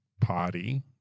party